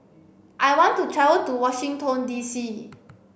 I want to travel to Washington D C